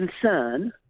concern